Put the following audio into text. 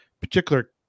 particular